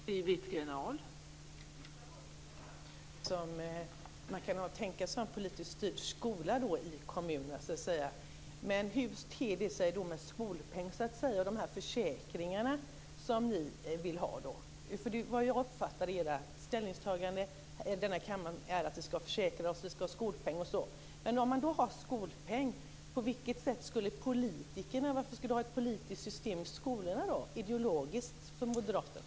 Fru talman! Det sista var intressant, nämligen att kan man kan tänka sig en politiskt styrd skola i kommunerna. Hur ter det sig med skolpengen, de försäkringar ni vill ha? Jag har uppfattat ert ställningstagande i kammaren att ni vill ha försäkringar, skolpeng osv. Men om det finns skolpeng, på vilket sätt ska det vara ett politiskt system i skolorna - ideologiskt för moderaterna?